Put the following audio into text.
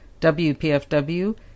WPFW